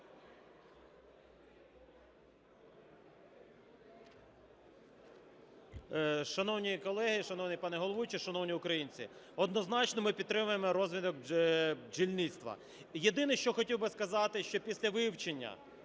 Шановні колеги, шановний пане головуючий, шановні українці! Однозначно ми підтримуємо розвиток бджільництва. Єдине, що хотів би сказати, що після вивчення